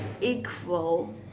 equal